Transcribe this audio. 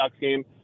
game